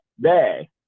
day